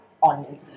on